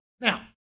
Now